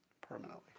permanently